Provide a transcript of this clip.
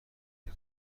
بود